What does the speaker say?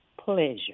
pleasure